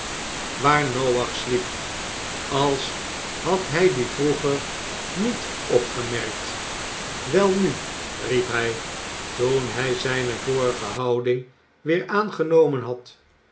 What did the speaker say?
waar noach sliep als had hij dien vroeger niet opgemerkt welnu riep hij toen hij zijne vorige houding weer aangenomen had